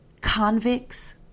convicts